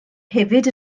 hefyd